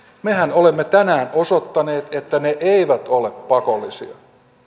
mehän olemme tänään osoittaneet että ne eivät ole pakollisia